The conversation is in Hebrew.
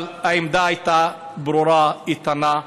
אבל העמדה הייתה ברורה, איתנה: